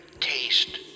taste